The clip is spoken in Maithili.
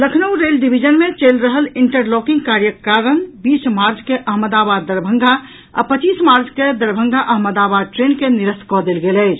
लखनऊ रेल डिवीजन मे चलि रहल इंटरलॉकिंग कार्यक कारण बीस मार्च के अहमदाबाद दरभंगा आ पच्चीस मार्च के दरभंगा अहमदाबाद ट्रेन के निरस्त कऽ देल गेल अछि